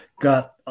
Got